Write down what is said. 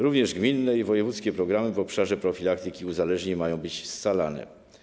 Również gminne i wojewódzkie programy w obszarze profilaktyki uzależnień mają być scalane.